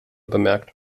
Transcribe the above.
bemerkt